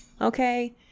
Okay